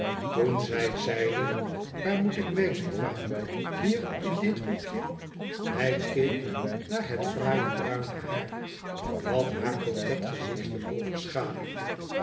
toen zij zeide waar moet ik wezen pa i hier in dit hoekje hij keek naar het fraaie bruine haar dat haar coquet gezichtje overschaduwde